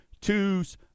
twos